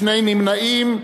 שני נמנעים,